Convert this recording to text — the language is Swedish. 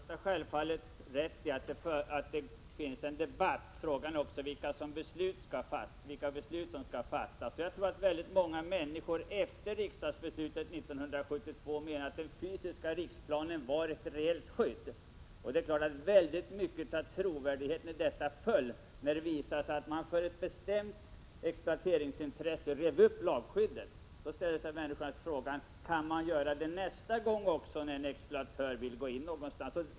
Herr talman! Statsrådet har självfallet rätt i att det förs en debatt, men frågan är också vilka beslut som skall fattas. Jag tror att många människor efter riksdagsbeslutet 1972 ansåg att den fysiska riksplanen innebar ett reellt skydd. Mycket av trovärdigheten föll dock när lagskyddet revs upp för ett bestämt exploateringsintresse. Då ställer man sig frågan: Kan detta göras också nästa gång när en exploatör vill gå in någonstans?